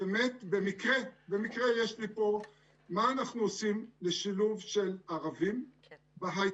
באמת במקרה יש לי פה את מה אנחנו עושים לשילוב של הערבים בהיי-טק.